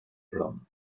brown